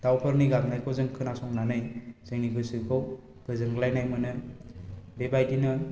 दावफोरनि गाबनायखौ जों खोनासंनानै जोंनि गोसोखौ गोजोनग्लायनाय मोनो बेबायदिनो